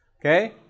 okay